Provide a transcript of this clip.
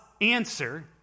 answer